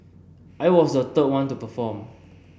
I was the third one to perform